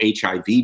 HIV